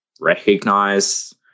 recognize